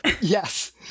Yes